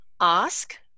ask